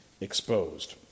exposed